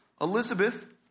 Elizabeth